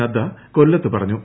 നഡ്ഡ കൊല്ലത്ത് പറഞ്ഞു